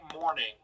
morning